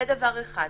דבר שני